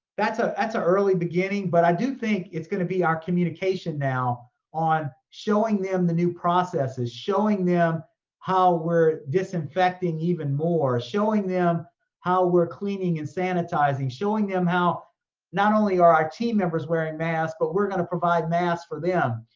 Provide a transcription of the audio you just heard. that's ah that's a early beginning. but i do think it's gonna be our communication now on showing them the new processes, showing them how we're disinfecting even more, showing them how we're cleaning and sanitizing, showing them how not only are our team members wearing masks, but we're gonna provide masks for them.